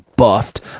Buffed